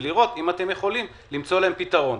ולראות אם אתם יכולים למצוא להם פתרון.